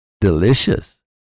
delicious